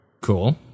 Cool